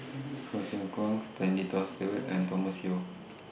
Hsu Tse Kwang Stanley Toft Stewart and Thomas Yeo